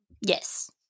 Yes